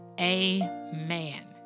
amen